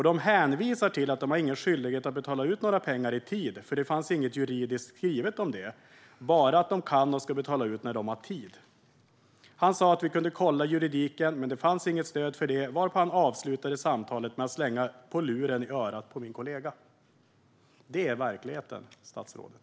De hänvisar till att de inte har någon skyldighet att betala ut några pengar i tid, för det fanns inget juridiskt skrivet om det - bara att de kan och ska betala ut när de har tid. Han sa att vi kunde kolla juridiken, men det fanns inget stöd för det, varpå han avslutade samtalet med att slänga på luren i örat på min kollega." Detta är verkligheten, statsrådet.